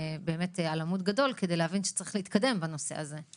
על עמוד גדול כדי להבין שצריך להתקדם בנושא הזה.